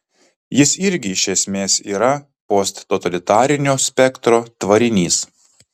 jis irgi iš esmės yra posttotalitarinio spektro tvarinys